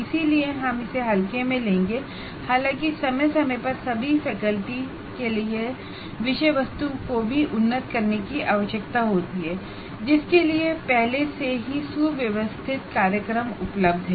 इसलिए हम इसे हल्के में लेंगे हालांकि समय समय पर सभी फैकल्टीके लिए विषय वस्तु को भी उन्नत करने की आवश्यकता होती है जिसके लिए पहले से ही सुव्यवस्थित कार्यक्रम उपलब्ध हैं